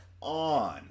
on